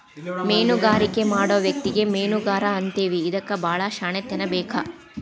ಮೇನುಗಾರಿಕೆ ಮಾಡು ವ್ಯಕ್ತಿಗೆ ಮೇನುಗಾರಾ ಅಂತೇವಿ ಇದಕ್ಕು ಬಾಳ ಶ್ಯಾಣೆತನಾ ಬೇಕ